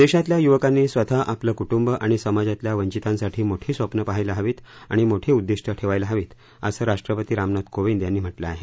देशातल्या युवकांनी स्वतः आपलं कुटुंबं आणि समाजातल्या वंचितांसाठी मोठी स्वप्नं पाहायला हवीत आणि मोठी उद्दिष्ट ठेवायला हवीत असं राष्ट्रपती रामनाथ कोविंद यांनी म्हटलं आहे